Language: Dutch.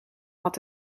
had